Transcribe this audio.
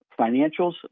financials